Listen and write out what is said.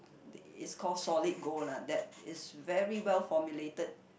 is call solid gold lah that is very well formulated